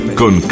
con